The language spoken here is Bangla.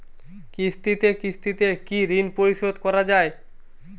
কিস্তিতে কিস্তিতে কি ঋণ পরিশোধ করা য়ায়?